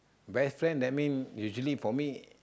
best friend that mean usually for me